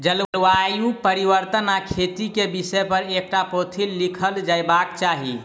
जलवायु परिवर्तन आ खेती के विषय पर एकटा पोथी लिखल जयबाक चाही